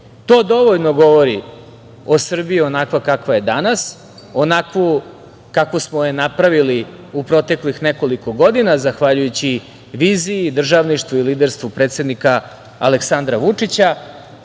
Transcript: dovoljno govori o Srbiji onakva kakva je danas, onakvu kakvu smo je napravili u proteklih nekoliko godina, zahvaljujući viziji, državništvu i liderstvu predsednika Aleksandra Vučića,